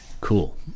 cool